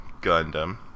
Gundam